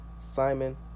Simon